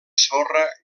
sorra